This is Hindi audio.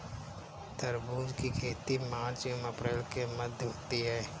तरबूज की खेती मार्च एंव अप्रैल के मध्य होती है